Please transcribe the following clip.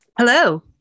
Hello